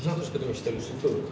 tu pasal aku suka tengok cerita lucifer